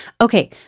Okay